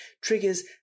triggers